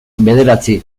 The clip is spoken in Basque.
bederatzi